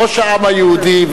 ראש העם היהודי,